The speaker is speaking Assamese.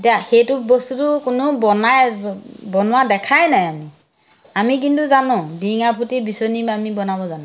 এতিয়া সেইটো বস্তুটো কোনো বনাই বনোৱা দেখাই নাই আমি আমি কিন্তু জানো বিৰিঙাপটি বিচনী আমি বনাব জানো